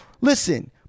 listen